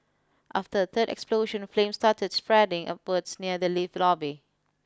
after a third explosion flames started spreading upwards near the lift lobby